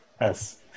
Yes